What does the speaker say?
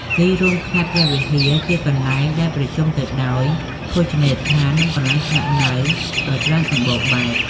ទីរួមខេត្តព្រះវិហារជាកន្លែងដែលប្រជុំទៅដោយភោជនីយដ្ឋាន និងកន្លែងស្នាក់នៅដ៏ច្រើនសម្បូរបែប។